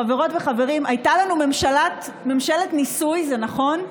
חברות וחברים, הייתה לנו ממשלת ניסוי, זה נכון,